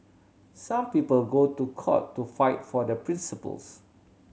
some people go to court to fight for their principles